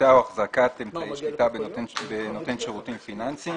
לא יהיה אדם בעל עניין בנותן שירותים פיננסיים